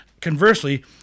conversely